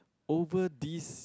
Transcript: over these